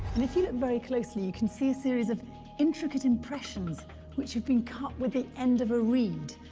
and if you look very closely, you can see a series of intricate impressions which have been cut with the end of a reed.